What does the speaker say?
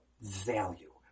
value